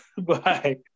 Bye